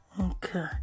Okay